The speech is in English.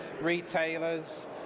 retailers